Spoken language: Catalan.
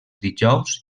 dijous